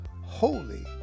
Holy